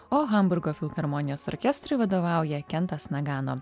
o hamburgo filharmonijos orkestrui vadovauja kentas nagano